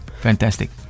fantastic